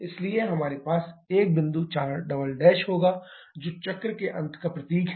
इसलिए हमारे पास एक बिंदु 4 होगा जो चक्र के अंत का प्रतीक है